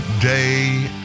Day